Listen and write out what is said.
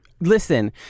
Listen